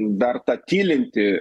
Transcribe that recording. dar ta tylinti